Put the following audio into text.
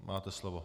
Máte slovo.